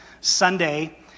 Sunday